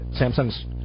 Samsung's